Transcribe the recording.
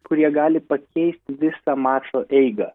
kurie gali pakeisti visą mačo eigą